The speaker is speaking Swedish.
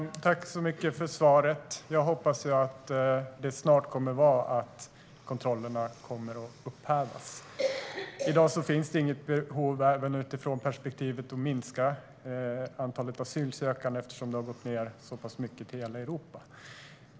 Herr talman! Tack, ministern, för svaret! Jag hoppas att kontrollerna snart kommer att upphävas. I dag finns det inget behov av dem för att minska antalet asylsökande eftersom det har gått ned så pass mycket i hela Europa.